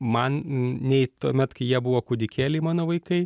man nei tuomet kai jie buvo kūdikėliai mano vaikai